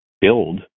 build